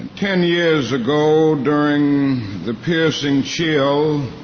ten years ago during the piercing chill